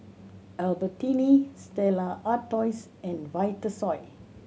Albertini Stella Artois and Vitasoy